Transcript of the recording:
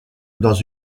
dans